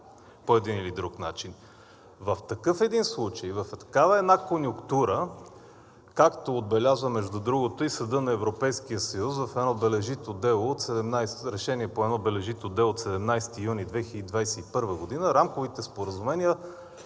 по един или друг начин. В такъв един случай, в такава една конюнктура, както отбелязва между другото и Съдът на Европейския съюз в решение по едно бележито дело от 17 юни 2021 г., рамковите споразумения